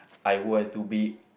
I were to be